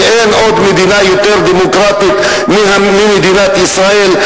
ואין עוד מדינה יותר דמוקרטית ממדינת ישראל.